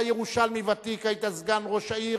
אתה ירושלמי ותיק והיית סגן ראש העיר,